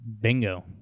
bingo